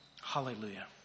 Hallelujah